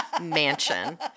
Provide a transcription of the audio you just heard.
mansion